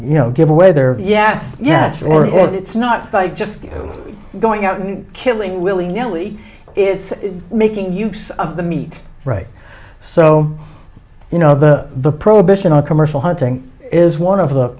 you know give away their yes yes or no it's not by just going out and killing willy nilly it's making use of the meat right so you know the the prohibition on commercial hunting is one of the